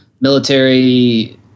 military